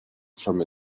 from